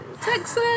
Texas